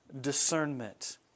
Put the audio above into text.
discernment